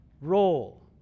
role